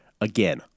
Again